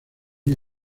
muy